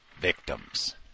victims